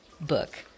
book